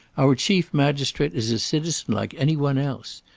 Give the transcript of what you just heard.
our chief magistrate is a citizen like any one else.